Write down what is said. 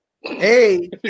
Hey